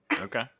Okay